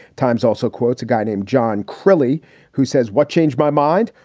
times also quotes a guy named john crilley who says, what changed my mind?